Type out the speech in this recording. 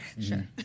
sure